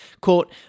quote